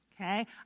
Okay